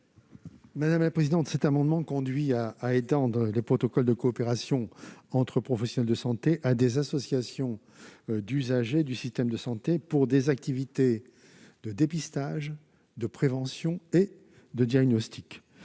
de la commission ? Cet amendement vise à étendre les protocoles de coopération entre professionnels de santé à des associations d'usagers du système de santé pour des activités de dépistage, de prévention et de diagnostic.